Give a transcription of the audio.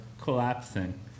collapsing